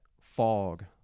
fog